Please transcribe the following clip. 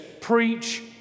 preach